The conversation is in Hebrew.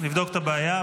נבדוק את הבעיה.